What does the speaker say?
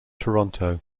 toronto